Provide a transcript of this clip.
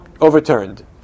overturned